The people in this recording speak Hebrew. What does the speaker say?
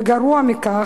וגרוע מכך,